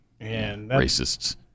Racists